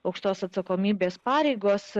aukštos atsakomybės pareigos